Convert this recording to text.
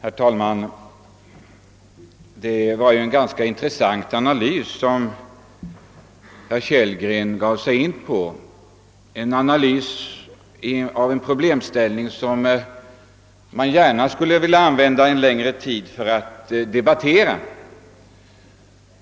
Herr talman! Det var en ganska intressant analys som herr Kellgren gav sig in på, en analys av en problemställning som man gärna skulle vilja använda en längre tid för att debattera.